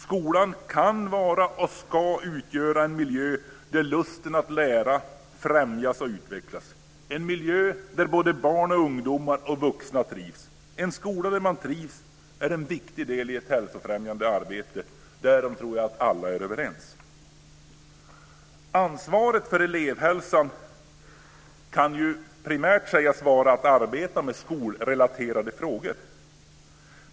Skolan kan vara och ska utgöra en miljö där lusten att lära främjas och utvecklas, en miljö där barn, ungdomar och vuxna trivs. En skola där man trivs är en viktig del i ett hälsofrämjande arbete. Därom tror jag att alla är överens. Ansvaret för elevhälsan kan primärt sägas vara att arbeta med skolrelaterade frågor.